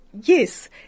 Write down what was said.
yes